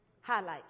highlights